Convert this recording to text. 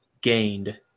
gained